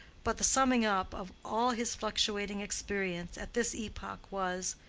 but the summing-up of all his fluctuating experience at this epoch was,